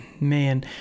Man